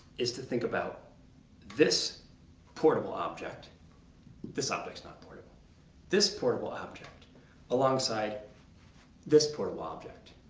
is to think about this portable object this object's not portable this portable object alongside this portable object.